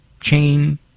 chain